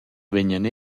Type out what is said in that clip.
vegnan